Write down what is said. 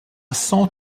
sans